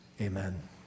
Amen